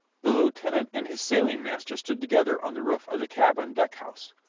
the lieutenant and his sailing master stood together on the roof of the cabin deckhouse.